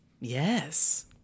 Yes